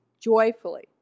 joyfully